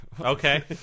Okay